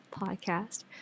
podcast